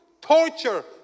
torture